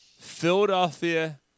Philadelphia